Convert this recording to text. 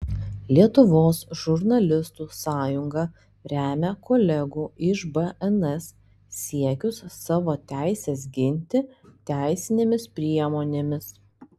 lietuvos žurnalistų sąjunga remia kolegų iš bns siekius savo teises ginti teisinėmis priemonėmis